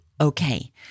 okay